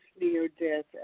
near-death